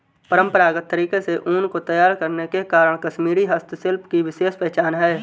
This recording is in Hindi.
परम्परागत तरीके से ऊन को तैयार करने के कारण कश्मीरी हस्तशिल्प की विशेष पहचान है